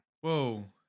Whoa